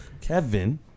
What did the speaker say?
Kevin